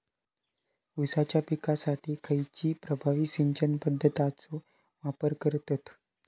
ऊसाच्या पिकासाठी खैयची प्रभावी सिंचन पद्धताचो वापर करतत?